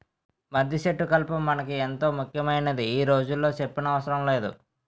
మద్దిసెట్టు కలప మనకి ఎంతో ముక్యమైందని ఈ రోజుల్లో సెప్పనవసరమే లేదు